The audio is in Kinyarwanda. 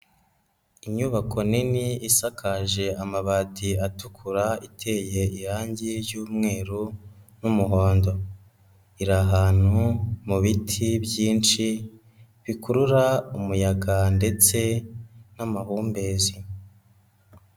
Inyubako nini isakaje amabati atukura iteye irangi ry'umweru n'umuhondo, iri ahantu mu biti byinshi, bikurura umuyaga ndetse n'amahumbezi.